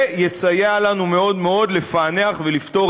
זה יסייע לנו מאוד מאוד לפענח ולפתור